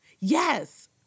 Yes